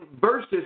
versus